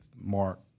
Mark